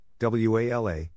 WALA